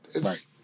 Right